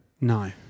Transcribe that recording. No